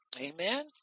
Amen